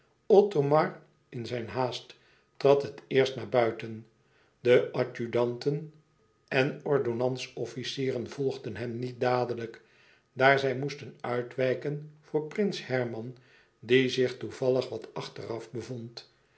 othomar in zijn haast trad het eerst naar buiten de adjudanten en ordonnans officieren volgden hem niet dadelijk daar zij moesten uitwijken voor prins herman die zich toevallig wat achteraf bevond